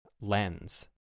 lens